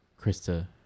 krista